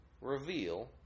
reveal